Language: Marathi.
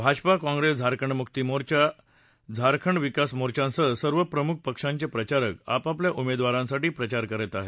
भाजपा काँग्रसे झारखंड मुक्ती मोर्च झारखंड विकास मोर्चांसह सर्व प्रमुख पक्षांचे प्रचारक आपापल्या उमेदवारांसाठी प्रचार करत आहेत